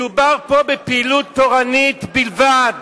מדובר פה בפעילות תורנית בלבד,